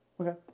Okay